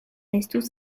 estus